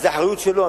אז האחריות היא שלו.